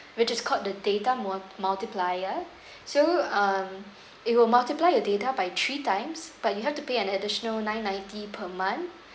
which is called the data mult~ multiplier so um it will multiply your data by three times but you have to pay an additional nine ninety per month